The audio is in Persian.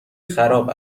خراب